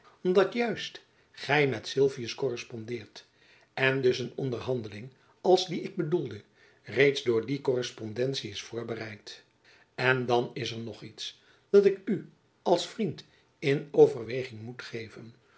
omdat juist gy met sylvius korrespondeert en dus een onderhandeling als die ik bedoelde reeds door die korrespondentie is voorbereid en dan is er nog iets dat ik u als vriend in overweging moet geven